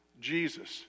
Jesus